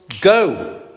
go